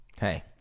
Hey